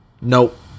Nope